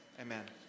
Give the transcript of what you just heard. amen